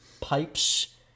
Pipes